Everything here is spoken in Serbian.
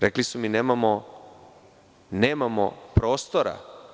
Rekli su mi – nemamo prostora.